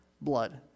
blood